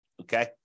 okay